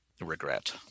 regret